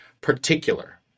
particular